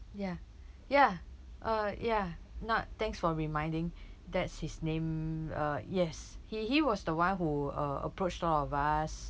ya ya uh ya not thanks for reminding that's his name uh yes he he was the one who uh approached all of us